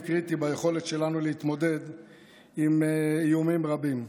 קריטי ביכולת שלנו להתמודד עם איומים רבים.